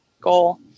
goal